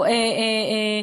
צריך אומץ.